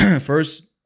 First